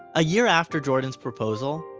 a year after jordan's proposal,